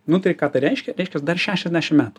nu tai ką tai reiškia reiškias dar šešiasdešim metų